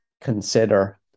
consider